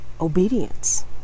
obedience